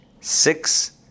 six